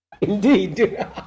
indeed